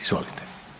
Izvolite.